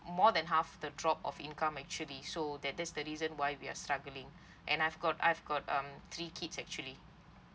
more than half the drop of income actually so that that's the reason why we are struggling and I've got I've got um three kids actually